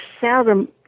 seldom